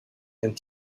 and